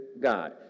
God